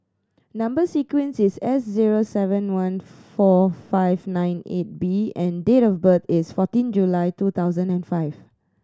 number sequence is S zero seven one four five nine eight B and date of birth is forteen July two thousand and five